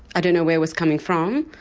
i don't know where it was coming from,